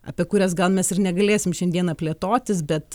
apie kurias gal mes ir negalėsim šiandieną plėtotis bet